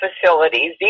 facilities